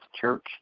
Church